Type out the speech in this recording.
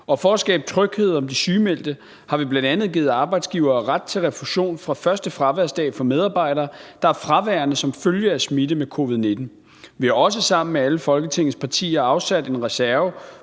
Og for at skabe tryghed om de sygemeldte har vi bl.a. givet arbejdsgivere ret til refusion fra første fraværsdag for medarbejdere, der er fraværende som følge af smitte med covid-19. Vi har også sammen med alle Folketingets partier afsat en reserve